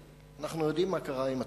אנחנו יודעים מה קרה עם התכלית,